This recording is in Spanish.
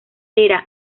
era